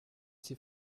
sie